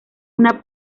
una